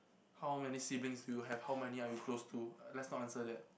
how many siblings do you have how many are you close to let's not answer that